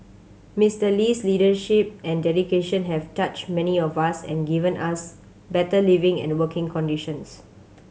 Mister Lee's leadership and dedication have touched many of us and given us better living and working conditions